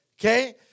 Okay